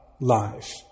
life